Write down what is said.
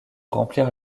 remplir